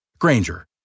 Granger